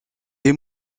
est